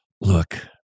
look